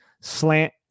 slant